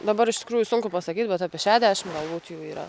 dabar iš tikrųjų sunku pasakyt bet apie šešiasdešim gal būt jų yra